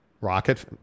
Rocket